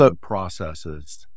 processes